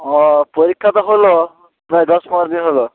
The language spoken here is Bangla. ও পরীক্ষা তো হল প্রায় দশ পনেরো দিন হল